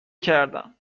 کردم